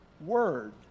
word